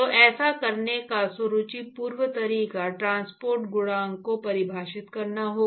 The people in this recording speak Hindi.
तो ऐसा करने का सुरुचिपूर्ण तरीका ट्रांसपोर्ट गुणांक को परिभाषित करना होगा